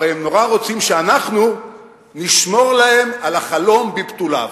אבל הם נורא רוצים שאנחנו נשמור להם על החלום בבתוליו.